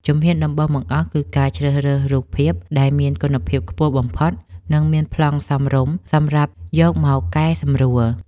ជំហ៊ានដំបូងបង្អស់គឺការជ្រើសរើសរូបភាពដែលមានគុណភាពខ្ពស់បំផុត និងមានប្លង់សមរម្យសម្រាប់យកមកកែសម្រួល។